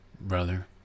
brother